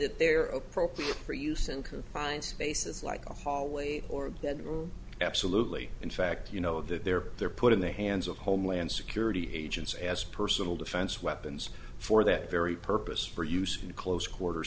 that they are appropriate for use in confined spaces like a hallway or a bedroom absolutely in fact you know that they're they're put in the hands of homeland security agents as personal defense weapons for that very purpose for use in close quarters